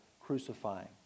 crucifying